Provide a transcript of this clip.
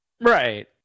right